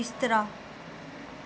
ਬਿਸਤਰਾ